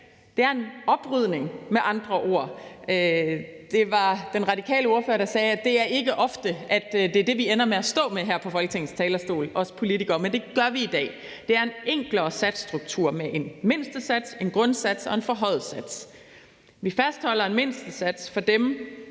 Det er med andre ord en oprydning. Den radikale ordfører sagde, at det ikke er ofte, at det er det, vi politikere ender med at stå med her i Folketingssalen, men det gør vi i dag. Det er en enklere satsstruktur med en mindstesats, en grundsats og en forhøjet sats. Vi fastholder en mindstesats for dem,